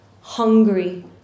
hungry